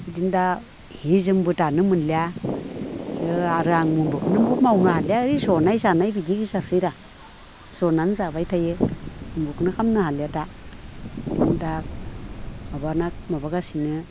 बिदिनो दा हि जोमबो दानो मोनलिया आरो मोनबोखोनो मावनो हालिया ओइ ज'नाय जानाय बिदि गोजा सैरा ज'नानै जाबाय थायो जेबोखोन खालामनो हालिया दा दा माबाना माबागासिनो